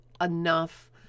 enough